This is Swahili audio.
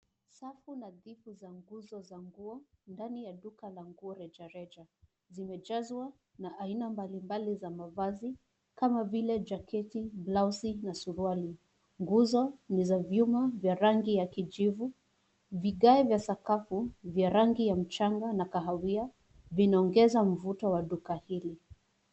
Safu nadhifu za nguzo za nguo, ndani ya duka la nguo rejareja , zimejazwa na aina mbalimbali za mavazi kama vile jaketi, blausi na suruali. Nguzo ni za vyuma vya rangi ya kijivu, vigae vya sakafu vya rangi ya mchanga na kahawia, vinaongeza mvuto wa duka hili.